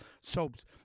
soaps